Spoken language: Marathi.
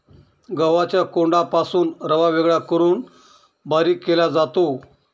गव्हाच्या कोंडापासून रवा वेगळा करून बारीक केला जातो